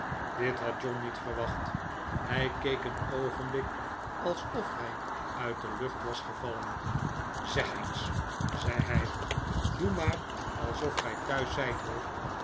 dit had john niet verwacht hij keek een oogenblik alsof hij uit de lucht was gevallen zeg eens zei hij doe maar alsof gij thuis zijt hoor